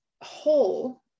whole